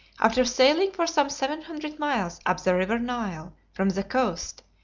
after sailing for some seven hundred miles up the river nile from the coast,